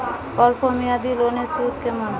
অল্প মেয়াদি লোনের সুদ কেমন?